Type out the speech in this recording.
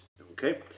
okay